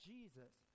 Jesus